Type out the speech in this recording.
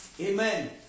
Amen